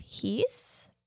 peace